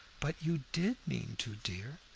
but you did mean to, dear,